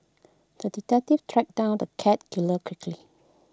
the detective tracked down the cat killer quickly